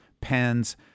pens